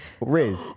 Riz